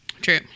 True